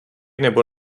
nebo